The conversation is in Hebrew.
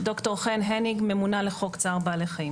ד"ר חן הניג ממונה על חוק צער בעלי חיים